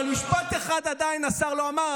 אבל משפט אחד השר עדיין לא אמר,